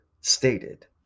stated